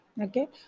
okay